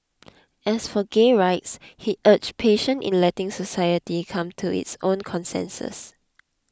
as for gay rights he urged patience in letting society come to its own consensus